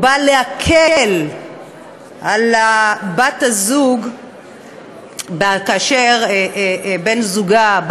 או באה להקל על בת-הזוג כאשר בן-זוגה,